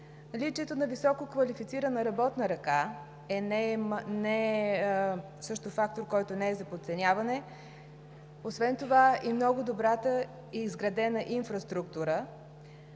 Наличието на висококвалифицирана работна ръка е също фактор, който не е за подценяване, освен това и много добре изградената инфраструктура